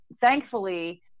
thankfully